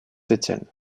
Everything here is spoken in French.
étienne